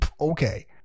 okay